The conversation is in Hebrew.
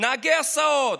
נהגי הסעות,